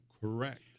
Correct